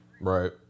Right